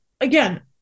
again